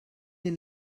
den